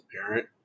parent